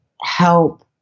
help